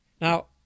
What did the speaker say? Now